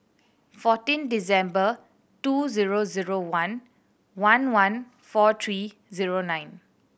fourteen December two zero zero one one one four three zero nine